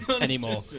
anymore